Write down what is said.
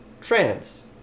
trans